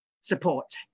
support